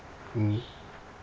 mmhmm